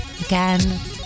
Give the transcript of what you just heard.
again